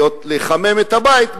לחמם את הבית,